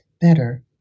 better